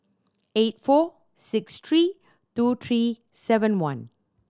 eight four six three two three seven one